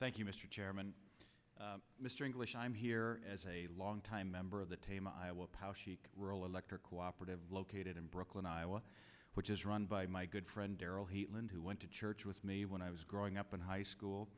thank you mr chairman mr english i'm here as a longtime member of the team i will pass sheik rural electric cooperative located in brooklyn iowa which is run by my good friend darrell healin who went to church with me when i was growing up in high school